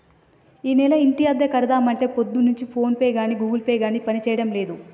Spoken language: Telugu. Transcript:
ఈనెల ఇంటి అద్దె కడదామంటే పొద్దున్నుంచి ఫోన్ పే గాని గూగుల్ పే గాని పనిచేయడం లేదు